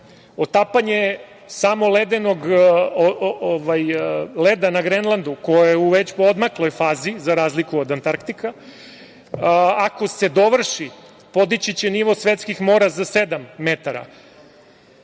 Otapanje samo leda na Grenlandu, koje je u već poodmakloj fazi za razliku od Antarktika, ako se dovrši, podići će nivo svetskih mora za sedam metara. Tu